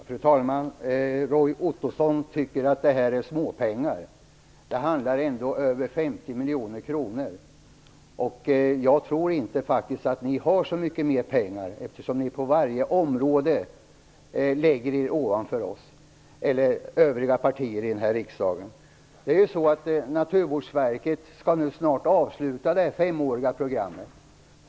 Fru talman! Roy Ottosson tycker att det här är småpengar. Det handlar ändå om över 50 miljoner kronor. Jag tror faktiskt inte att ni har så mycket mer pengar, eftersom ni på varje område lägger er ovanför oss och övriga partier här i riksdagen. Naturvårdsverket skall nu snart avsluta det femåriga programmet.